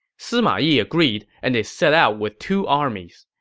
sima yi agreed, and they set out with two armies.